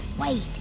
Wait